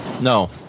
No